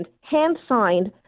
hand-signed